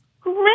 Great